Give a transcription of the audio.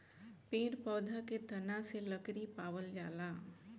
पेड़ पौधा के तना से लकड़ी पावल जाला